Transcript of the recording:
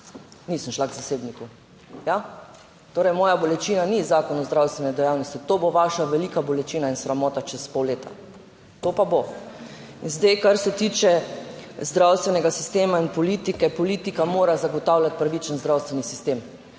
nisem šla k zasebniku. Ja. Torej moja bolečina ni zakon o zdravstveni dejavnosti, to bo vaša velika bolečina in sramota čez pol leta. To pa bo. Zdaj, kar se tiče zdravstvenega sistema in politike, politika mora zagotavljati pravičen zdravstveni sistem,